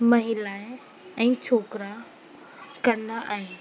महिलाए ऐं छोकिरा कंदा आहिनि